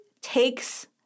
takes